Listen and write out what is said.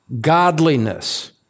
godliness